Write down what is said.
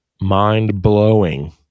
mind-blowing